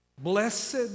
Blessed